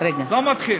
לא מתחיל.